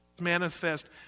manifest